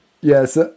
Yes